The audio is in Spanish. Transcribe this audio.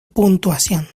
puntuación